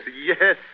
Yes